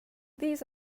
these